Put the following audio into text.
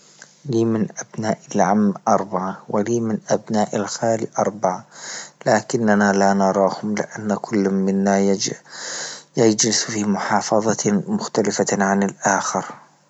ديما أبناءك العم أربعة وديما من أبناء الخال أربعة، لكننا لا نراهم لأن كل منا يجيء يجلس في محافظة مختلفة عن لأخر.